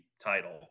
title